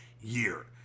year